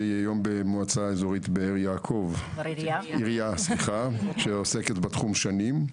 שהיא היום בעיריית באר יעקב ועוסקת בתחום שנים.